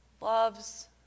loves